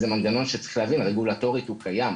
זה מנגנון שצריך להבין, רגולטורית הוא קיים.